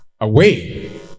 away